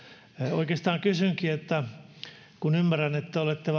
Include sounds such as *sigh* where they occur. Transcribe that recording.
oikeastaan kysynkin kun ymmärrän että olette *unintelligible*